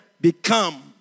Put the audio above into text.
become